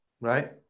right